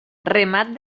remat